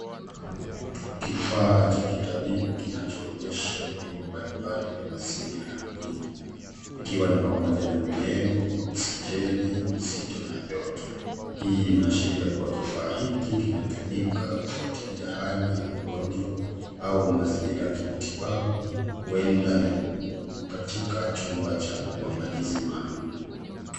Kifaa cha kitabibu kinachoonyesha mbinu mbalimbali vya mazingira ya mwili ikiwa ni pamoja na unyevu, oksijeni mzito na joto. Hii inaashiria kuwa kifaa hiki kinatumika kufwatilia hali ya mgonjwa au mazingira ya kimatibabu huenda ni katika chumba cha uangalizi maalum.